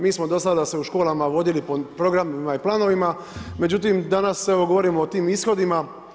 Mi smo do sada se u školama vodili po programima i planovima, međutim danas evo govorimo o tim ishodima.